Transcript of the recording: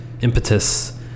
impetus